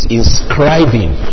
inscribing